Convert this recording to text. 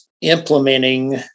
implementing